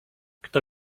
kto